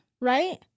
right